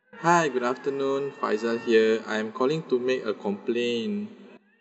hi good afternoon faizal here I'm calling to make a complaint